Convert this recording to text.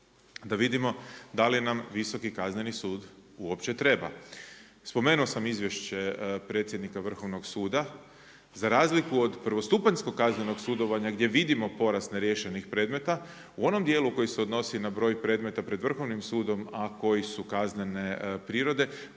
da vidimo da li nam Visoki kazneni sud uopće treba. Spomenuo sam izvješće predsjednika Vrhovnog suda. Za razliku od prvostupanjskog kaznenog sudovanja gdje vidimo porast neriješenih predmeta u onom dijelu koji se odnosi na broj predmeta pred Vrhovnim sudom, a koji su kaznene prirode